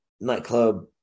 nightclub